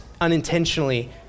unintentionally